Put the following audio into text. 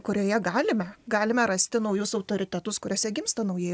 kurioje galime galime rasti naujus autoritetus kuriuose gimsta nauji